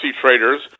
traders